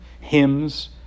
hymns